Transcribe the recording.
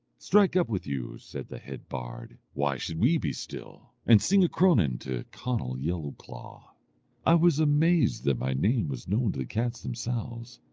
strike up with you said the head bard, why should we be still? and sing a cronan to conall yellowclaw i was amazed that my name was known to the cats themselves,